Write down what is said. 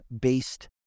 based